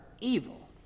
evil